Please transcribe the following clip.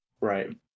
Right